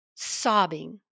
sobbing